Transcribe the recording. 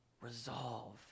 resolve